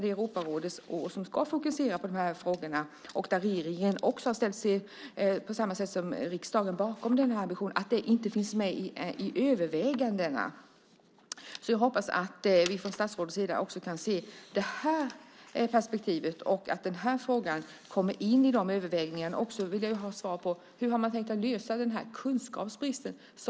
Det är Europarådets år då man ska fokusera på de här frågorna, och regeringen har också på samma sätt som riksdagen ställt sig bakom den här ambitionen. Jag hoppas att man från statsrådets sida också kan se det här perspektivet och att den här frågan kommer in i de här övervägningarna. Sedan vill jag ha svar på en fråga. Hur har man tänkt lösa den här kunskapsbristen?